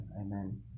Amen